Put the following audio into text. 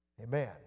Amen